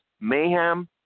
Mayhem